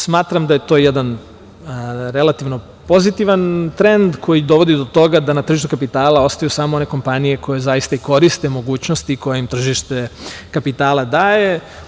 Smatram da je to jedan relativno pozitivan trend koji dovodi do toga da na tržištu kapitala ostaju samo one kompanije koje zaista i koriste mogućnosti koje im tržište kapitala daje.